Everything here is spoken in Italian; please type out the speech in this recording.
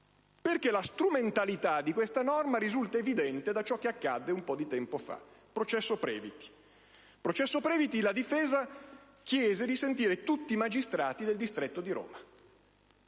perché la strumentalità di tale norma risulta evidente da ciò che accadde un po' di tempo fa. Nel processo Previti la difesa chiese di sentire tutti i magistrati del distretto di Roma,